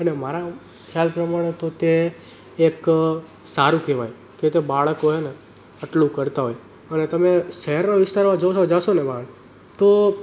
અને મારા ખ્યાલ પ્રમાણે તો તે એક સારું કહેવાય કે તે બાળકો છે ને આટલું કરતા હોય હવે તમે શહેરના વિસ્તારમાં જોશો જશો ને એમાં તો